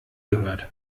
gehört